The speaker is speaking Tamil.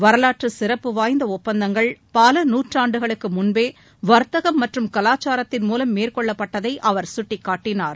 வரலாற்று சிறப்பு வாய்ந்த ஒப்பந்தங்கள் பல நூற்றாண்டுகளுக்கு முன்பே வர்த்தகம் மற்றும் கலாச்சாரத்தின் மூலம் மேற்கொள்ளப்பட்டதை அவர் சுட்டிக் காட்டினார்